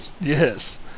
Yes